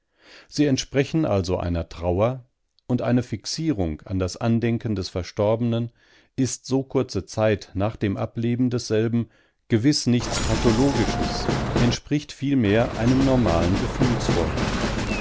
sie entsprechen also einer trauer und eine fixierung an das andenken des verstorbenen ist so kurze zeit nach dem ableben desselben gewiß nichts pathologisches entspricht vielmehr einem normalen